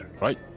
right